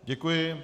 Děkuji.